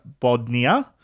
Bodnia